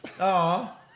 Aw